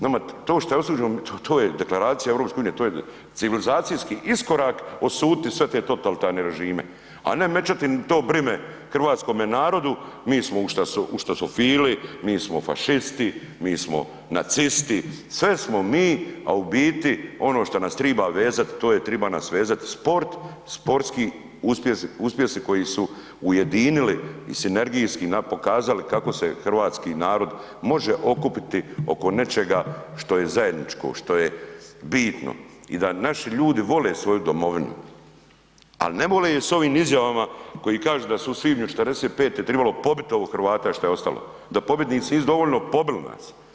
Nama to što je osuđeno to je Deklaracija EU to je civilizacijski iskorak osuditi sve te totalitarne režime, a ne mećati to brime hrvatskom narodu, mi smo ustašofili, mi smo fašisti, mi smo nacisti, sve smo mi, a u biti ono što nas triba vezat to je, triba nas vezat sport, sportski uspjesi, uspjesi koji su ujedinili i sinergijski nam pokazali kako se hrvatski narod može okupiti oko nečega što je zajedničko, što je bitno i da naši ljudi vole svoju domovinu, al ne vole je s ovim izjavama koji kažu da su u svibnju '45. tribalo pobit ovo Hrvata šta je ostalo, da pobjednici nisu dovoljno pobili nas.